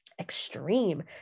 extreme